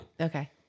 Okay